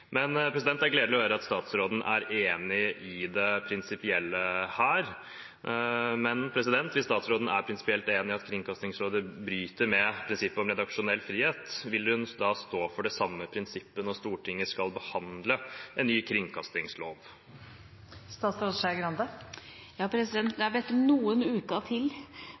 det prinsipielle her, men hvis statsråden er prinsipielt enig i at Kringkastingsrådet bryter med prinsippet om redaksjonell frihet, vil hun da stå for det samme prinsippet når Stortinget skal behandle en ny kringkastingslov? Jeg har bedt om noen uker til